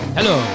Hello